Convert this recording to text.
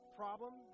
problem